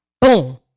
Boom